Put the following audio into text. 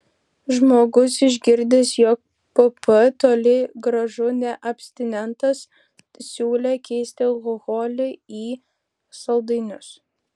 žmogus išgirdęs jog pp toli gražu ne abstinentas siūlė keisti alkoholį į saldainius